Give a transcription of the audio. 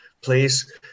please